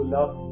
Love